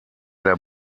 der